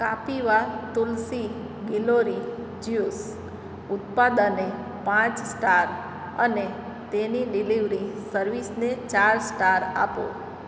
કાપીવા તુલસી ગિલોરી જ્યુસ ઉત્પાદનને પાંચ સ્ટાર અને તેની ડિલિવરી સર્વિસને ચાર સ્ટાર આપો